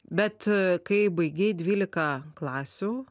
bet kai baigei dvylika klasių